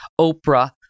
Oprah